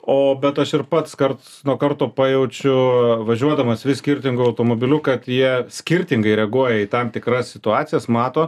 o bet aš ir pats karts nuo karto pajaučiu važiuodamas vis skirtingu automobiliu kad jie skirtingai reaguoja į tam tikras situacijas mato